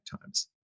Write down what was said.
times